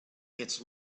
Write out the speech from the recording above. its